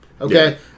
Okay